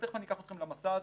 ותיכף אני אקח אתכם למסע הזה,